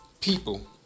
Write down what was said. people